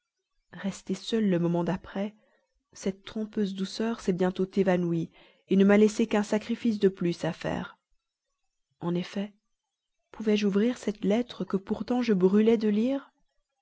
restée seule le moment d'après cette trompeuse douceur s'est bientôt évanouie ne m'a laissé qu'un sacrifice de plus à faire en effet pouvais-je ouvrir cette lettre que pourtant je brûlais de lire